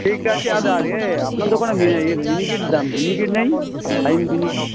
ঠিক আছে দাদা আর এ আপনার দোকানে মিনি এ মিনিকেট দাম মিনিকেট নেই ফাইন মিনিকেট